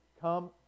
come